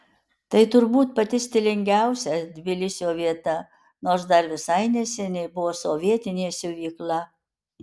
tai turbūt pati stilingiausia tbilisio vieta nors dar visai neseniai buvo sovietinė siuvykla